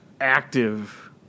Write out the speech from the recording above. active